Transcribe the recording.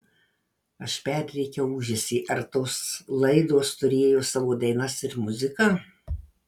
aš perrėkiau ūžesį ar tos laidos turėjo savo dainas ir muziką